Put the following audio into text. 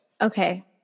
Okay